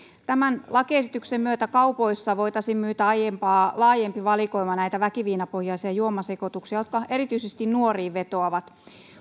tämän lakiesityksen myötä kaupoissa voitaisiin myydä aiempaa laajempi valikoima näitä väkiviinapohjaisia juomasekoituksia jotka erityisesti nuoriin vetoavat